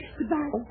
Goodbye